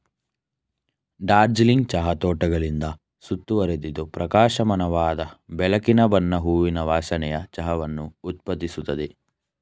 ಡಾರ್ಜಿಲಿಂಗ್ ಚಹಾ ತೋಟಗಳಿಂದ ಸುತ್ತುವರಿದಿದ್ದು ಪ್ರಕಾಶಮಾನವಾದ ಬೆಳಕಿನ ಬಣ್ಣ ಹೂವಿನ ವಾಸನೆಯ ಚಹಾವನ್ನು ಉತ್ಪಾದಿಸುತ್ತದೆ